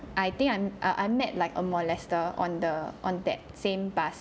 I think I'm I I met like a molester on the on that same bus